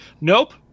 nope